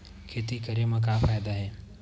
खेती करे म का फ़ायदा हे?